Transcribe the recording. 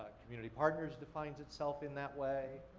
community partners defines itself in that way,